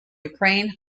ukraine